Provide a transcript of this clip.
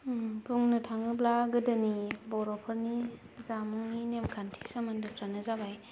बुंनो थाङोब्ला गोदोनि बर'फोरनि जामुंनि नेमखान्थि सोमोन्दोफोरानो जाबाय